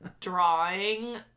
drawing